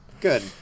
Good